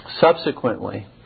subsequently